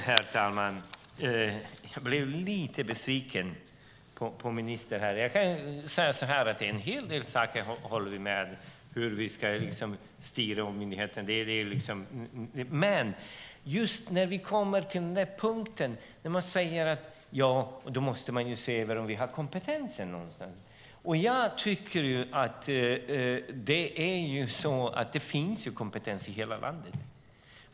Herr talman! Jag blev lite besviken på ministern här. Vi håller med om en hel del saker om hur vi ska styra myndigheten. Men sedan kommer vi till den punkten där man säger: Vi måste se om vi har kompetensen någonstans. Det finns kompetens i hela landet.